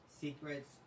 Secrets